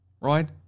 right